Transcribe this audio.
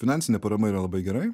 finansinė parama yra labai gerai